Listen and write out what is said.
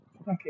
Okay